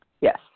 yes